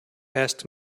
asked